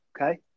okay